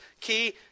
key